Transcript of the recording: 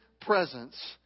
presence